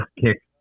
kick